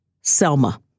SELMA